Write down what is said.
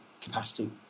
capacity